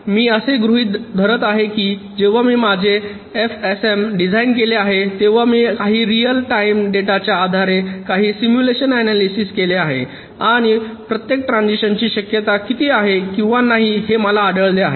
मी असे गृहित धरत आहे की जेव्हा मी माझे एफएसएम डिझाइन केले आहे तेव्हा मी काही रिअल टाईम डेटाच्या आधारे काही सिम्युलेशन अनालिसिस केले आहे आणि प्रत्येक ट्रान्झिशन ची शक्यता किती आहे किंवा नाही हे मला आढळले आहे